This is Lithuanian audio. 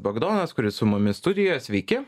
bagdonas kuris su mumis studijoje sveiki